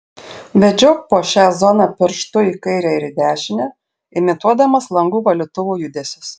vedžiok po šią zoną pirštu į kairę ir į dešinę imituodamas langų valytuvų judesius